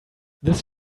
this